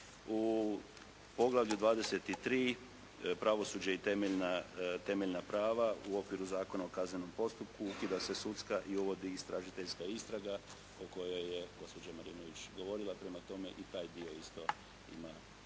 U poglavlju XXIII. pravosuđe i temeljna prava u okviru Zakona o kaznenom postupku ukida se sudska i uvodi istražiteljska istraga o kojoj je gospođa Marinović govorila, prema tome i taj dio isto ima